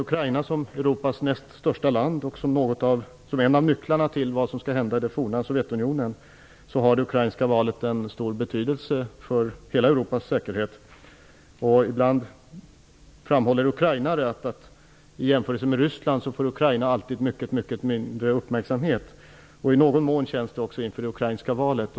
Ukraina är Europas näst största land och är en av nycklarna till vad som skall hända i det forna Sovjetunionen. Det ukrainska valet har därför en stor betydelse för hela Europas säkerhet. Ibland framhåller ukrainare att Ukraina i jämförelse med Ryssland alltid får mycket mindre uppmärksamhet. I någon mån känns det också så inför det ukrainska valet.